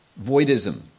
voidism